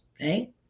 Okay